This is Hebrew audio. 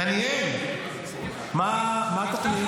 דניאל, מה התוכנית?